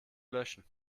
löschen